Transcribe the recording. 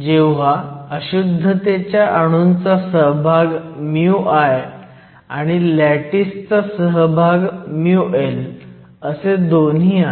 जेव्हा अशुद्धतेच्या अणूंचा सहभाग μI आणि लॅटिसचा सहभाग μL असे दोन्ही आहेत